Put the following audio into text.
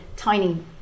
tiny